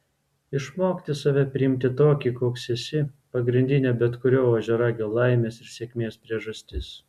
išmokti save priimti tokį koks esi pagrindinė bet kurio ožiaragio laimės ir sėkmės priežastis